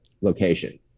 location